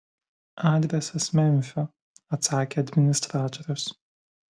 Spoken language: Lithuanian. adresas memfio atsakė administratorius